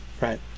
right